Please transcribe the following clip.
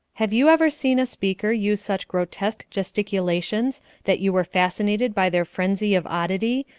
have you ever seen a speaker use such grotesque gesticulations that you were fascinated by their frenzy of oddity,